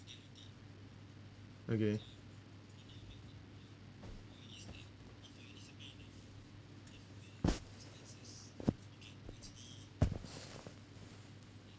okay